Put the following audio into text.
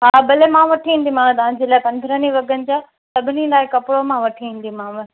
हा भले मां वठी ईंदीमांव तव्हां जे लाइ पंद्रहं ई वॻनि जा सभिनी लाइ कपिड़ो मां वठी ईंदीमांव